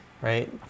right